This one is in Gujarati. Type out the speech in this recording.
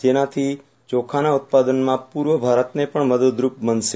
તેનાથી ચોખાના ઉત્પાદનમાં પૂર્વ ભારતને પણ મદદરૂપ બનશે